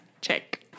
check